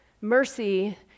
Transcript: Mercy